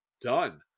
done